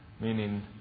meaning